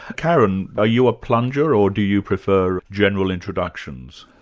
karyn, are you a plunger, or do you prefer general introductions?